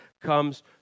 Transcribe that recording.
comes